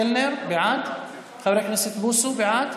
חבר הכנסת קלנר, בעד, חבר הכנסת בוסו, בעד,